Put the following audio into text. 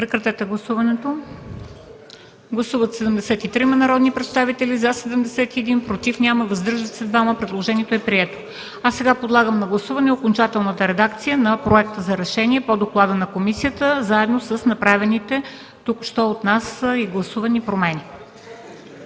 2013 г.” Гласуваме. Гласували 73 народни представители: за 71, против няма, въздържали се 2. Предложението е прието. Сега подлагам на гласуване окончателната редакция на проекта за решение по доклада на комисията, заедно с направените току-що от нас и гласувани промени.